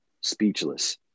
speechless